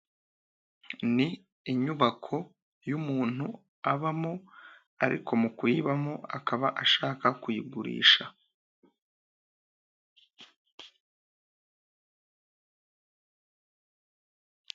Ni inyubako y'umuntu abamo ariko mu kuyibamo akaba ashaka kuyigurisha.